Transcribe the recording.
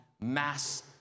mass